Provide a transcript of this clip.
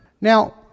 Now